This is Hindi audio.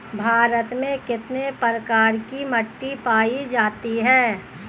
भारत में कितने प्रकार की मिट्टी पाई जाती हैं?